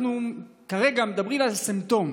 אנחנו כרגע מדברים על סימפטום,